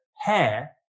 Hair